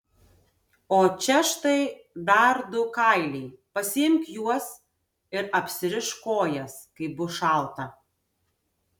o čia štai dar du kailiai pasiimk juos ir apsirišk kojas kai bus šalta